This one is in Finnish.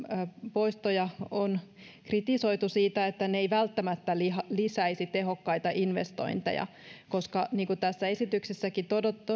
poistoja on kritisoitu siitä että ne eivät välttämättä lisäisi tehokkaita investointeja koska niin kuin tässä esityksessäkin